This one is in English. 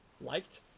liked